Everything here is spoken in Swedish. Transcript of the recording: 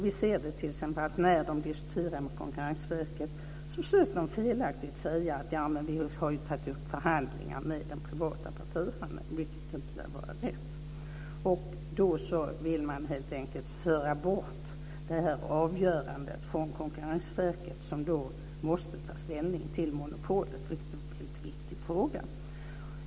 Vi ser det t.ex. på att när de diskuterar med Konkurrensverket försöker de felaktigt säga att de har tagit upp förhandlingar med den privata partihandeln. Det lär inte vara rätt. Då vill man helt enkelt föra bort det här avgörandet från Konkurrensverket som annars måste ta ställning till monopolet, vilket man inte vill ska komma på fråga.